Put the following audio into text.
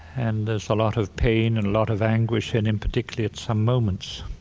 and there's a lot of pain and a lot of anguish and, in particular, at some moments.